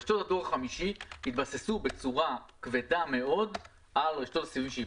רשתות הדור החמישי יתבססו בצורה כבדה מאוד על רשתות הסיבים שייפרסו.